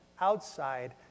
Outside